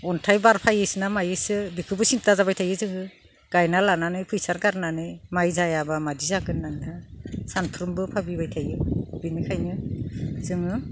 अन्थाइ बार फैयोसोना मायोसो बेखोबो सिन्था जाबाय थायो जोङो गायना लानानै फैसा गारनानै माइ जायाब्ला मायदि जागोन होननानै हाय सानफ्रोमबो भाबिबाय थायो बेनिखायनो जोङो